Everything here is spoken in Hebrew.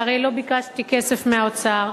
שהרי לא ביקשתי כסף מהאוצר.